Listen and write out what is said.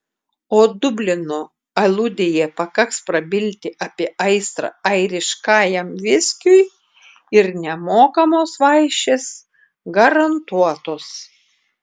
o dublino aludėje pakaks prabilti apie aistrą airiškajam viskiui ir nemokamos vaišės garantuotos